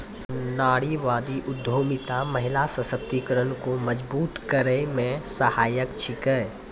नारीवादी उद्यमिता महिला सशक्तिकरण को मजबूत करै मे सहायक छिकै